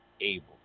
able